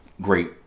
great